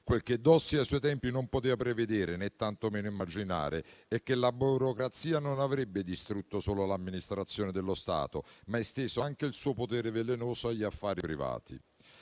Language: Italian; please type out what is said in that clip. Quel che Dossi ai suoi tempi non poteva prevedere né tantomeno immaginare è che la burocrazia non avrebbe distrutto solo l'amministrazione dello Stato, ma avrebbe anche esteso il suo potere velenoso agli affari privati.